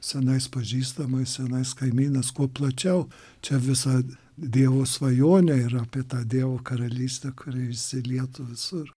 senais pažįstamais senais kaimynas kuo plačiau čia visa dievo svajonė yra apie tą dievo karalystę kuri įsilietų visur